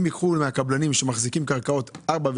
הקבלנים שמחזיקים קרקעות 4,